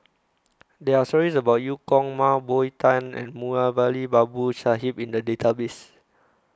There Are stories about EU Kong Mah Bow Tan and Moulavi Babu Sahib in The Database